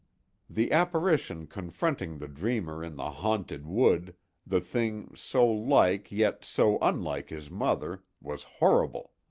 the apparition confronting the dreamer in the haunted wood the thing so like, yet so unlike his mother was horrible!